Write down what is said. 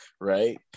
right